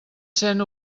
sent